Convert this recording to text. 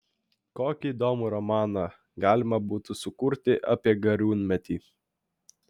kokį įdomų romaną galima būtų sukurti apie gariūnmetį